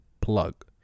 plug